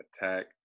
attack